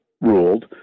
ruled